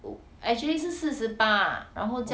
五 actually 是四十八然后加